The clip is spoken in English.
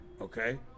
okay